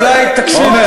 אולי אם תקשיב,